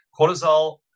Cortisol